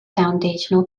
foundational